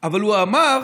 הוא אמר